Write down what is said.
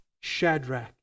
Shadrach